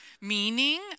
meaning